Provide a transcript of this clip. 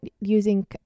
using